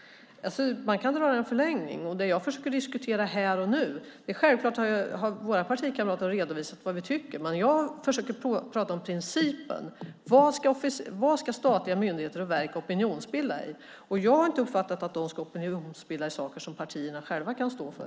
Man kan se detta i en förlängning. Det är vad jag försöker diskutera här och nu. Våra partikamrater har självklart redovisat vad vi tycker. Men jag försöker tala om principen. Vad ska statliga myndigheter och verk opinionsbilda i? Jag har inte uppfattat att de ska opinionsbilda i saker som partierna själva kan stå för.